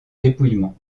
dépouillement